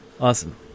Awesome